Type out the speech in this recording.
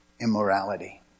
immorality